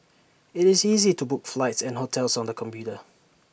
IT is easy to book flights and hotels on the computer